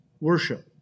worship